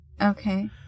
Okay